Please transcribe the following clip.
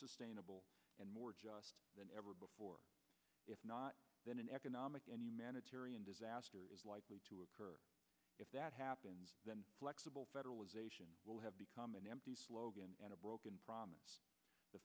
sustainable and more just than ever before if not then an economic and humanitarian disaster is likely to occur if that happens then flexible federalization will have become an empty slogan and a broken promise the